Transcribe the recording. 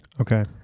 Okay